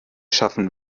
schaffen